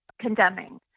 condemning